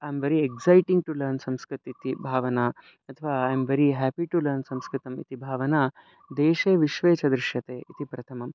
ऐं very exciting to learn संस्कृतं इति भावना अथवा I'm very happy to learn संस्कृतम् इति भावना देशे विश्वे च दृश्यते इति प्रथमं